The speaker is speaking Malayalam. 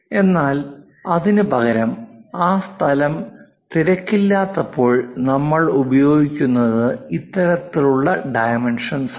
എന്നാൽ അതിനുപകരം ആ സ്ഥലം തിരക്കില്ലാത്തപ്പോൾ നമ്മൾ ഉപയോഗിക്കുന്നത് ഇത്തരത്തിലുള്ള ഡൈമെൻഷൻ ആണ്